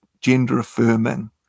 gender-affirming